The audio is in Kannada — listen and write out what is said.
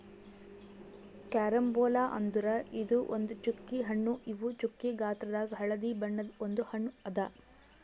ಕ್ಯಾರಂಬೋಲಾ ಅಂದುರ್ ಇದು ಒಂದ್ ಚ್ಚುಕಿ ಹಣ್ಣು ಇವು ಚ್ಚುಕಿ ಗಾತ್ರದಾಗ್ ಹಳದಿ ಬಣ್ಣದ ಒಂದ್ ಹಣ್ಣು ಅದಾ